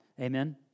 Amen